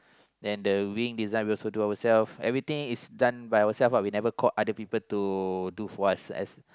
then the wing design we do ourself everything done by ourself we never call anyone to do for us